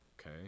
Okay